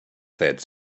said